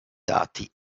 dati